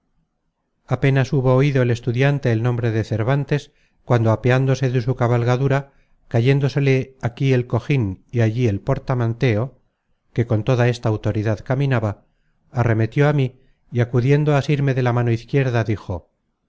apenas hubo oido el estudiante el nombre de cervantes cuando apeándose de su cabalgadura cayéndosele aquí el cojin y allí el portamanteo que con toda esta autoridad caminaba arremetió á mí y acudiendo á asirme de la mano izquierda dijo